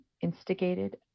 instigated